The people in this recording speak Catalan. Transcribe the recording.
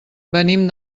venim